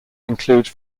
include